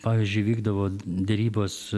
pavyzdžiui vykdavo derybos